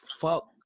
fuck